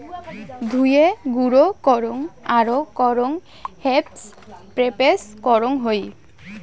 ধুয়ে, গুঁড়ো করং আরো করং হেম্প প্রেসেস করং হই